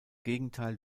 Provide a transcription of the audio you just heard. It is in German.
gegenteil